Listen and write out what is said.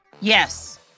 Yes